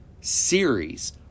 series